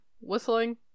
whistling